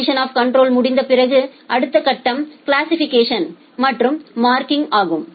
admission of control முடிந்த பிறகு அடுத்த கட்டம் கிளாசிசிபிகேஷன் மற்றும் மார்க்கிங் ஆகும்